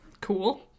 Cool